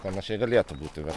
panašiai galėtų būti